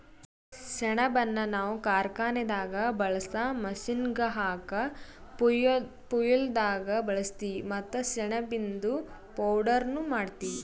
ಸೆಣಬನ್ನ ನಾವ್ ಕಾರ್ಖಾನೆದಾಗ್ ಬಳ್ಸಾ ಮಷೀನ್ಗ್ ಹಾಕ ಫ್ಯುಯೆಲ್ದಾಗ್ ಬಳಸ್ತೀವಿ ಮತ್ತ್ ಸೆಣಬಿಂದು ಪೌಡರ್ನು ಮಾಡ್ತೀವಿ